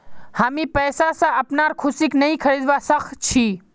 हामी पैसा स अपनार खुशीक नइ खरीदवा सख छि